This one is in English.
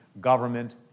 government